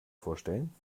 vorstellen